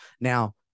Now